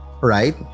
right